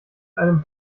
einem